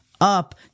up